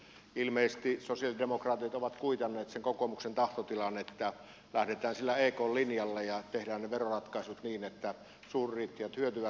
ilmeisesti sosialidemokraatit ovat kuitanneet sen kokoomuksen tahtotilan että lähdetään sillä ekn linjalla ja tehdään ne veroratkaisut niin että suuryrittäjät hyötyvät